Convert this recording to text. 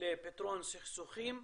לפתרון סכסוכים.